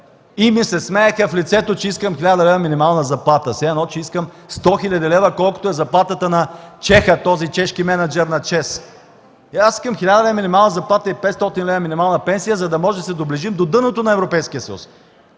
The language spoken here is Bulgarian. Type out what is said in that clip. и ми се смееха в лицето, че искам 1000 лв. минимална заплата. Все едно, че искам 100 хил. лв., колкото е заплатата на чеха, на този чешки мениджър на ЧЕЗ. Аз искам 1000 лв. минимална заплата и 500 лв. минимална пенсия, за да можем да се доближим до дъното на Европейския съюз,